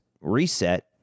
reset